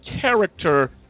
character